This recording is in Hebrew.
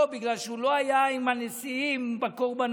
בגלל שהוא לא היה עם הנשיאים בקורבנות,